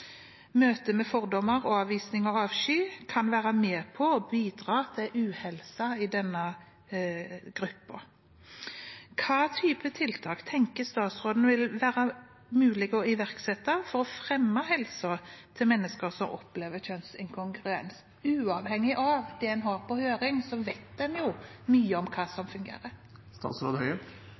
med fordommer og avvisning og avsky kan være med på å bidra til uhelse i denne gruppen. Hvilke tiltak tenker statsråden det vil være mulig å iverksette for å fremme helsen til mennesker som opplever kjønnsinkongruens? En vet mye om hva som fungerer, uavhengig av det en har på høring. Det er et mye